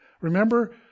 Remember